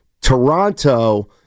Toronto